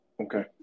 Okay